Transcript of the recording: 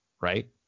right